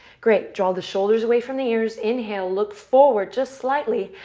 great. draw the shoulders away from the ears. inhale. look forward just slightly.